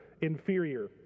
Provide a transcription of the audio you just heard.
inferior